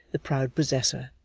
the proud possessor.